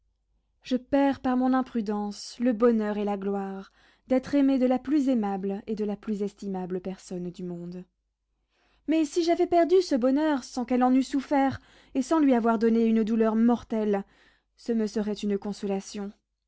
je perds par mon imprudence le bonheur et la gloire d'être aimé de la plus aimable et de la plus estimable personne du monde mais si j'avais perdu ce bonheur sans qu'elle en eût souffert et sans lui avoir donné une douleur mortelle ce me serait une consolation